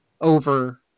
over